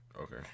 Okay